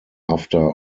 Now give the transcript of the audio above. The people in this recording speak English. after